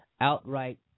outright